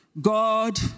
God